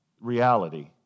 reality